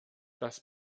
das